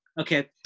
Okay